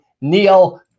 Neil